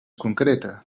concreta